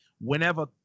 whenever –